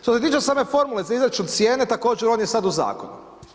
Što se tiče same formule za izračun cijene, također, on je sad u zakonu.